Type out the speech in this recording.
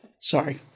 Sorry